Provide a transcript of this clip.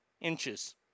inches